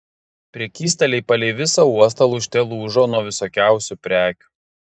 prekystaliai palei visą uostą lūžte lūžo nuo visokiausių prekių